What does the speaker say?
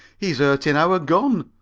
he's hurtin' our gun.